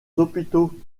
hôpitaux